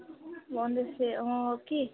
ৰাৱণ লৈছে অঁ কি